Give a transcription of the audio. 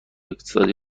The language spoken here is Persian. اقتصادی